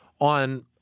on